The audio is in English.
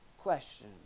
Question